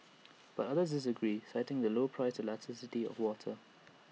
but others disagree citing the low price elasticity of water